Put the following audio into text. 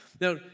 Now